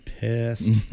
pissed